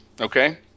Okay